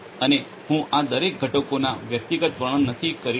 અને હું આ દરેક ઘટકોના વ્યક્તિગત વર્ણન નથી કહી રહ્યો